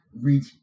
reach